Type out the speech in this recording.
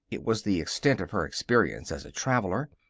it was the extent of her experience as a traveler.